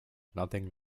nothing